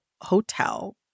Hotel